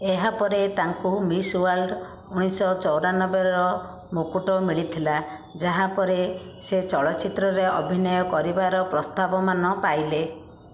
ଏହାପରେ ତାଙ୍କୁ Miss World ଉଣେଇଶହ ଚଉରାନବେର ମୁକୁଟ ମିଳିଥିଲା ଯାହାପରେ ସେ ଚଳଚ୍ଚିତ୍ରରେ ଅଭିନୟ କରିବାର ପ୍ରସ୍ତାବ ମାନ ପାଇଲେ